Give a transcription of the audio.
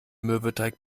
mürbeteig